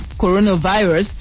coronavirus